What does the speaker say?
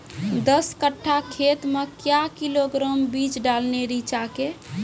दस कट्ठा खेत मे क्या किलोग्राम बीज डालने रिचा के?